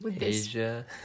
Asia